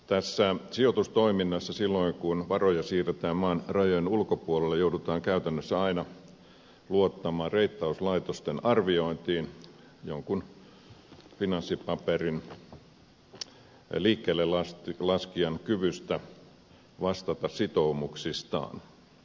tässä sijoitustoiminnassa silloin kun varoja siirretään maan rajojen ulkopuolelle joudutaan käytännössä aina luottamaan reittauslaitosten arviointiin jonkun finanssipaperin liikkeellelaskijan kyvystä vastata sitoumuksistaan